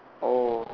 oh